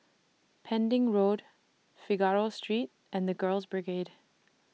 Pending Road Figaro Street and The Girls Brigade